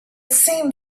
seemed